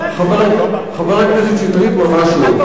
חבר הכנסת שטרית, ממש לא.